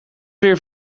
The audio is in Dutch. weer